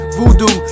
Voodoo